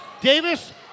Davis